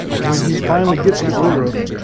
when he finally gets to uruk,